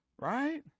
Right